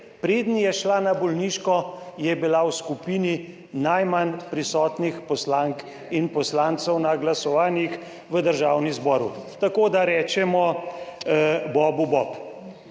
preden je šla na bolniško, je bila v skupini najmanj prisotnih poslank in poslancev na glasovanjih v Državnem zboru. Tako, da rečemo bobu bob.